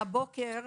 והבוקר,